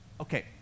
Okay